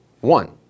One